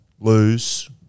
lose